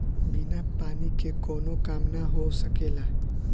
बिना पानी के कावनो काम ना हो सकेला